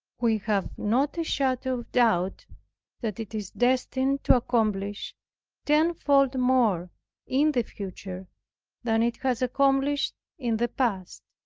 we have not a shadow of doubt that it is destined to accomplish tenfold more in the future than it has accomplished in the past.